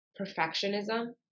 perfectionism